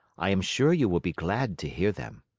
i am sure you will be glad to hear them.